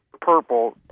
purple